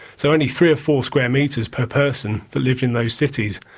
so only three or four square metres per person that lived in those cities.